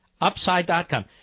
Upside.com